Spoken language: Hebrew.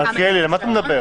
מלכיאלי, על מה אתה מדבר?